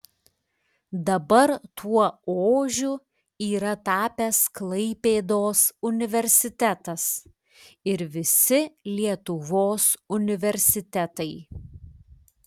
dabar tuo ožiu yra tapęs klaipėdos universitetas ir visi lietuvos universitetai